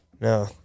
No